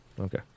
Okay